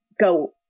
go